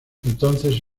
entonces